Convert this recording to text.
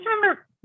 remember